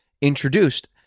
introduced